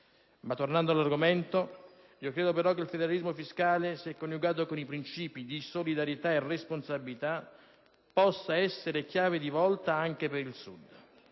Tornando all'argomento, credo che il federalismo fiscale, se coniugato con principi di responsabilità e solidarietà, possa essere chiave di volta anche per il Sud.